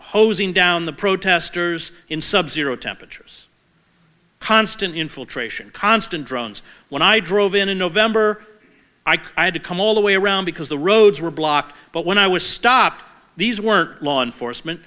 hosing down the protesters in subzero temperatures constant infiltration constant drones when i drove in in november i can i had to come all the way around because the roads were blocked but when i was stopped these weren't law enforcement